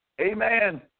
Amen